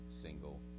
single